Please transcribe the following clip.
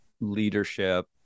leadership